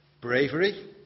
Bravery